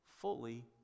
fully